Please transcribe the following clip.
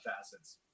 facets